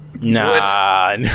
Nah